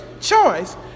choice